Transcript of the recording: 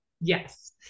Yes